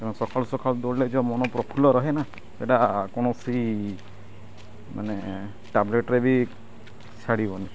ତେଣୁ ସକାଳୁ ସକାଳୁ ଦୌଡ଼ିଲେ ଯେଉଁ ମନ ପ୍ରଫୁଲ୍ଲ ରହେ ନା ଏଇଟା କୌଣସି ମାନେ ଟ୍ୟାବଲେଟ୍ରେ ବି ଛାଡ଼ିବନି